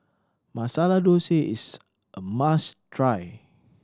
Masala Dosa is a must try